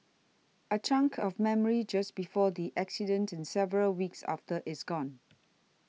a chunk of memory just before the accident and several weeks after is gone